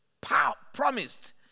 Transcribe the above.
promised